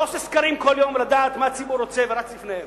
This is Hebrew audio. לא עושה סקרים כל יום לדעת מה הציבור רוצה ורץ לפניהם.